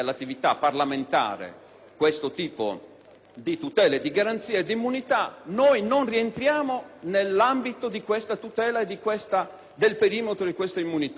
di tutela, di garanzia e di immunità. Noi non rientriamo nell'ambito di questa tutela e del perimetro di questa immunità. Stiamo andando un'altra volta incontro